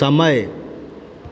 समय